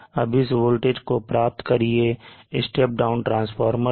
अब इस वोल्टेज को प्राप्त करिए step down ट्रांसफार्मर से